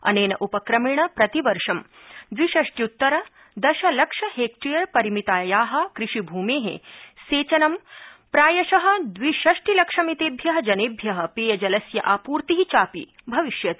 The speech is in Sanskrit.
अनेन उपक्रमेण प्रतिवर्ष द्विषष्टय्तरदशलक्ष हेक्टेयरमितायाः कृषिभ्मेः सेचनं प्रायशः द्विषष्टिलक्षमितेभ्यः जनेभ्यः पेयजलस्य आपूर्तिः च अपि भविष्यति